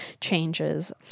changes